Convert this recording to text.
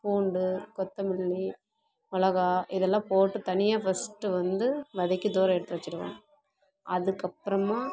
பூண்டு கொத்தமல்லி மிளகா இதெல்லாம் போட்டு தனியாக ஃபஸ்ட்டு வந்து வதக்கி தூர எடுத்து வச்சுடுவேன் அதுக்கப்புறமா